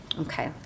Okay